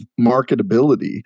marketability